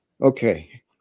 okay